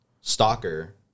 stalker